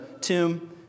tomb